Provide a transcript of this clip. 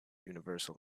universal